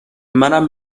منم